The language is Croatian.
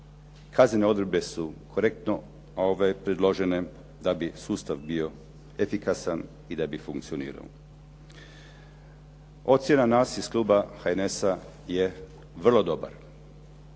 kaznene odredbe su korektno predložene da bi sustav bio efikasan i da bi funkcionirao. Ocjena nas iz kluba HNS-a je vrlo dobar,